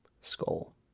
skull